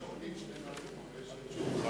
יש תוכנית שלמה ומגובשת שהניחו